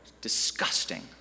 Disgusting